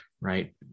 right